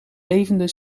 levende